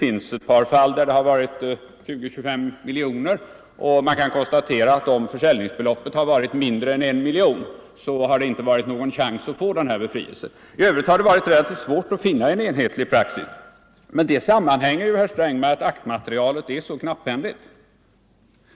I ett par fall har det rört sig om 20-25 miljoner kronor, och man kan konstatera att det inte funnits någon chans att få den här befrielsen om försäljningsbeloppet varit mindre än 1 miljon kronor. I övrigt har det varit relativt svårt att finna en enhetlig praxis. Men det sammanhänger, herr Sträng, med att aktmaterialet är mycket knapphändigt.